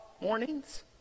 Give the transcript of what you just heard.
mornings